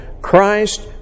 Christ